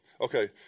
Okay